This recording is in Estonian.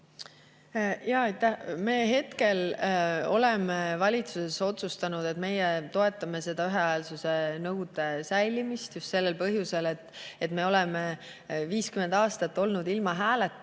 Me hetkel oleme valitsuses otsustanud, et meie toetame ühehäälsuse nõude säilimist just sellel põhjusel, et me oleme 50 aastat olnud ilma